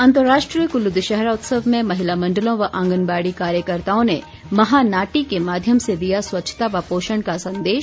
अंतर्राष्ट्रीय कुल्लू दशहरा उत्सव में महिला मण्डलों व आंगनबाड़ी कार्यकर्ताओं ने महानाटी के माध्यम से दिया स्वच्छता व पोषण का संदेश